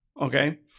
Okay